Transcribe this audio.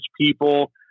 people